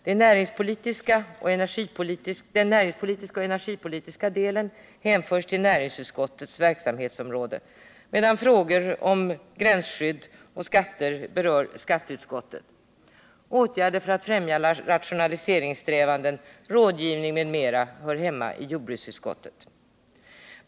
Den näringspolitiska och energipolitiska delen hänförs till näringsutskottets verksamhetsområde, medan frågor om gränsskydd och skatter berör skatteutskottet. Åtgärder för att främja rationaliseringssträvanden, rådgivning m.m. hör vidare hemma i jordbruksutskottet.